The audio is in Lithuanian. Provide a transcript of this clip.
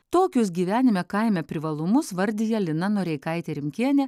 tokius gyvenime kaime privalumus vardija lina noreikaitė rimkienė